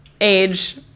age